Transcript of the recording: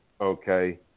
okay